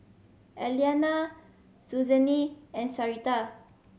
Elianna Suzanne and Sarita